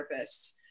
therapists